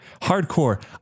hardcore